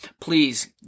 please